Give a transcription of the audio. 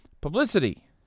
Publicity